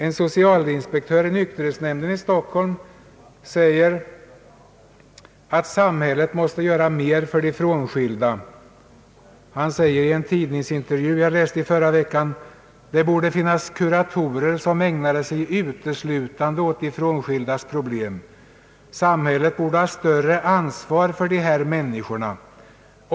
En socialinspektör i nykterhetsnämnden i Stockholm säger att samhället måste göra mer för de frånskilda männen. I en tidningsintervju som jag läste förra veckan säger han: »Det borde finnas kuratorer som ägnade sig uteslutande åt de frånskildas problem.» »Samhället borde ha större ansvar för de här människorna.